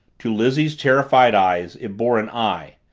to lizzie's terrified eyes it bore an eye,